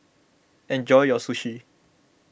enjoy your Sushi